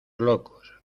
locos